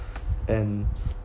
and